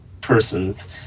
persons